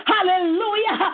Hallelujah